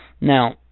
Now